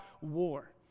war